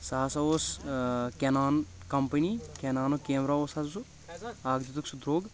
سُہ ہسا اوس کینان کمپٔنی کینانُک کیمرا اوس حظ سُہ اکھ دیُتُن سُہ دروٚگ